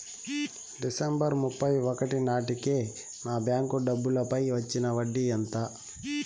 December ముప్పై ఒకటి నాటేకి నా బ్యాంకు డబ్బుల పై వచ్చిన వడ్డీ ఎంత?